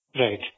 Right